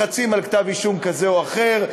לחצים על כתב-אישום כזה או אחר,